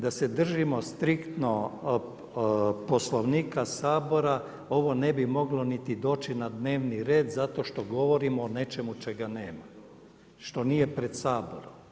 Da se držimo striktno Poslovnika sabora ovo ne bi moglo niti doći na dnevni red zato što govorimo o nečemu čega nema, što nije pred Saborom.